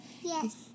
Yes